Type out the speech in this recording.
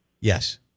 Yes